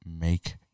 make